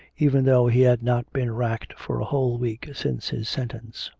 even though he had not been racked for a whole week since his sentence.